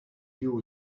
you